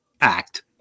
act